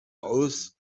aus